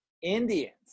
indians